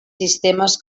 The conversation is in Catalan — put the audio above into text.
sistemes